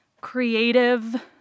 creative